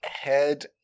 head